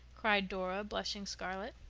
cried dora, blushing scarlet.